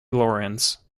laurens